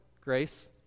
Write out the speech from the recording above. grace